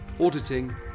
auditing